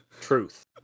truth